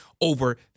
over